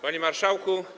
Panie Marszałku!